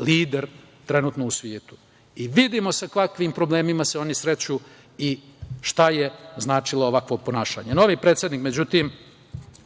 lider trenutno u svetu. Vidimo sa kakvim problemima se oni sreću i šta je značilo ovakvo ponašanje. Međutim,